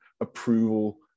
approval